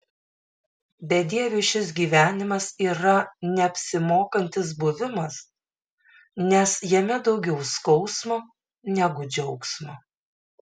bedieviui šis gyvenimas yra neapsimokantis buvimas nes jame daugiau skausmo negu džiaugsmo